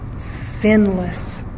sinless